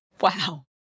Wow